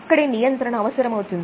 అక్కడే నియంత్రణ అవసరమవుతుంది